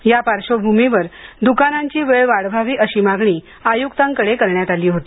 या पार्श्वभूमीवर दूकानांची वेळ वाढवावी अशी मागणी आयुक्तांकडे करण्यात आली होती